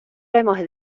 hemos